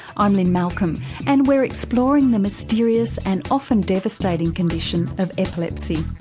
i'm lynne malcolm and we're exploring the mysterious and often devastating condition of epilepsy.